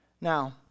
Now